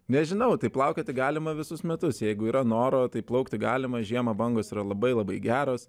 nežinau tai plaukioti galima visus metus jeigu yra noro tai plaukti galima žiemą bangos yra labai labai geros